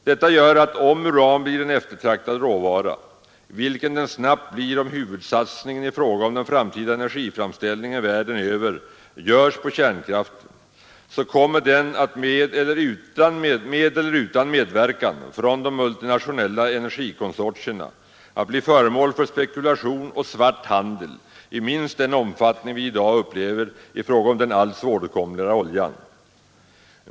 Detta gör att om uran blir en eftertraktad råvara — vilket det snabbt blir, om huvudsatsningen i fråga om den framtida energiframställningen världen över görs på kärnkraften — kommer uranet att med eller utan medverkan från de multinationella industrikonsortierna bli föremål för spekulation och svart handel i minst den omfattning vi i dag upplever i fråga om den alltmer svåråtkomliga oljan.